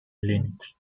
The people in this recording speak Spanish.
linux